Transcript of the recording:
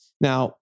Now